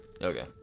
okay